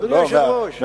אדוני היושב-ראש.